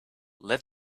let